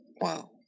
Wow